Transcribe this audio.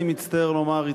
אני מצטער לומר,